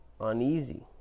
uneasy